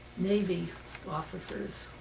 navy officers.